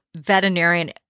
veterinarian